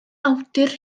awdur